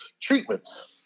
treatments